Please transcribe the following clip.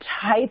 type